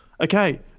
okay